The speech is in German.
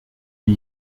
die